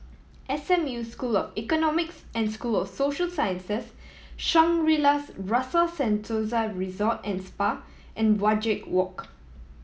S M U School of Economics and School of Social Sciences Shangri La's Rasa Sentosa Resort and Spa and Wajek Walk